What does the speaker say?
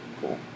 Cool